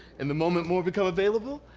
and the moment more become available,